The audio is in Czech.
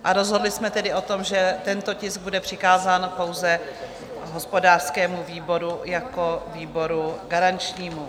A rozhodli jsme tedy o tom, že tento tisk bude přikázán pouze hospodářskému výboru jako výboru garančnímu.